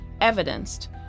evidenced